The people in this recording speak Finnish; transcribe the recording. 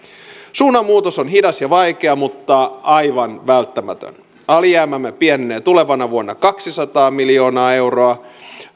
suunnanmuutos on hidas ja vaikea mutta aivan välttämätön alijäämämme pienenee tulevana vuonna kaksisataa miljoonaa euroa